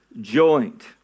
joint